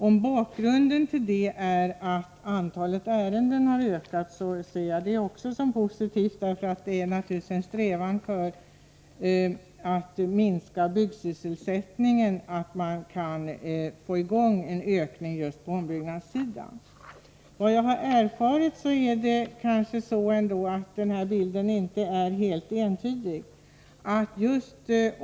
Om bakgrunden till det är att antalet ärenden har ökat, ser jag också det som positivt; det finns naturligtvis en strävan att | minska byggarbetslösheten genom att få till stånd en ökning på ombyggnadssidan. 21 Enligt vad jag har erfarit är bilden kanske ändå inte helt entydig.